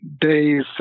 days